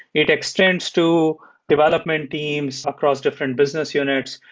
it extends to development teams across different business units,